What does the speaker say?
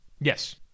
Yes